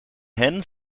hen